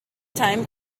time